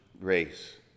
race